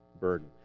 burden